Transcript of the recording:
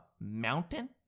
mountain